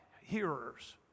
hearers